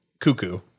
cuckoo